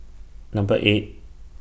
Number eight